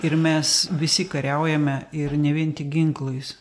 ir mes visi kariaujame ir ne vien tik ginklais